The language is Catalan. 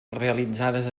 realitzades